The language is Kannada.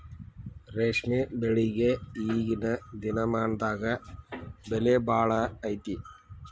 ರೇಶ್ಮೆ ಬೆಳಿಗೆ ಈಗೇನ ದಿನಮಾನದಾಗ ಬೆಲೆ ಭಾಳ ಐತಿ